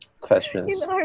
Questions